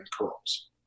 curls